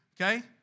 Okay